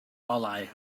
olau